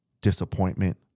disappointment